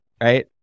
Right